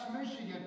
Michigan